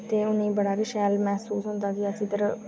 ते उ'नेंगी बड़ा गै शैल मसूस कि अस इद्धर